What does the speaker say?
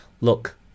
Look